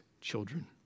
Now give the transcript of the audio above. children